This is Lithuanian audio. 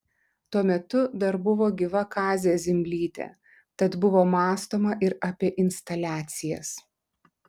tuo metu dar buvo gyva kazė zimblytė tad buvo mąstoma ir apie instaliacijas